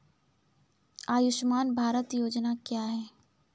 आयुष्मान भारत योजना क्या है?